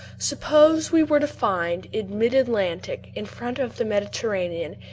suppose we were to find in mid-atlantic, in front of the mediterranean,